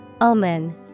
Omen